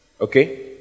Okay